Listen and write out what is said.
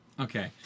Okay